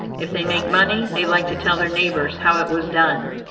if they make money they like to tell their neighbors how it was done.